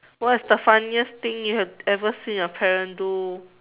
what is the funniest thing you have ever seen your parents do